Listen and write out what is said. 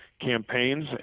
campaigns